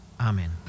Amen